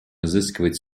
изыскивать